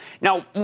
Now